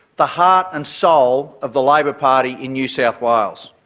the heart and soul of the labor party in new south wales.